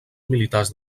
militars